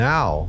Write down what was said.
Now